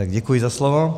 Děkuji za slovo.